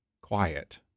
Quiet